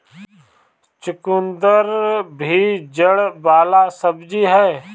चुकंदर भी जड़ वाला सब्जी हअ